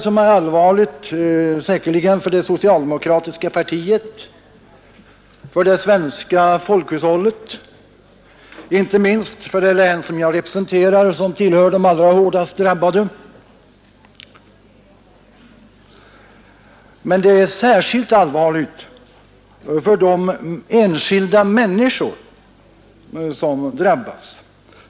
Detta är säkerligen allvarligt för det socialdemokratiska partiet, för det svenska folkhushållet — inte minst för det län som jag representerar, Gävleborgs län, som tillhör de allra hårdast drabbade — och särskilt allvarligt är det för de enskilda människor som drabbas.